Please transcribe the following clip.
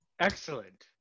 Excellent